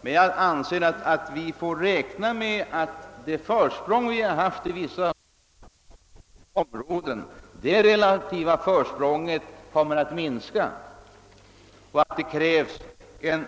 Men jag anser att vi får räkna med att det relativa försprång vi haft inom vissa områden kommer att minska. Det krävs en